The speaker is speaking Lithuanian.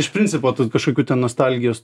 iš principo tu kažkokių ten nostalgijos